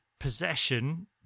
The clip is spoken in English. Possession